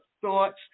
thoughts